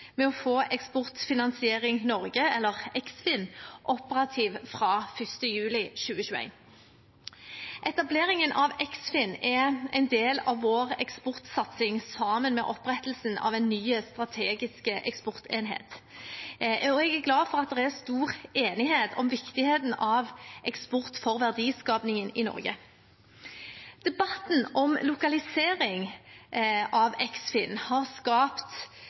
med å få Eksportfinansiering Norge, eller Eksfin, operativt fra 1. juli 2021. Etableringen av Eksfin er en del av vår eksportsatsing sammen med opprettelsen av en ny strategisk eksportenhet. Jeg er glad for at det er stor enighet om viktigheten av eksport for verdiskapingen i Norge. Debatten om lokaliseringen av Eksfin har skapt